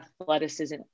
athleticism